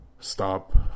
Stop